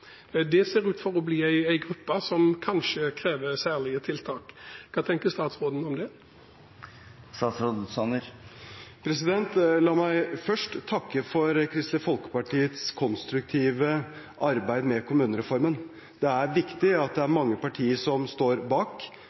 Det ser ut til å bli en gruppe som kanskje krever særlige tiltak. Hva tenker statsråden om det? La meg først takke for Kristelig Folkepartis konstruktive arbeid med kommunereformen. Det er viktig at det er mange partier som står bak.